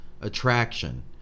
attraction